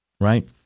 right